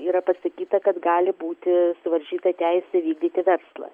yra pasakyta kad gali būti suvaržyta teisė vykdyti verslą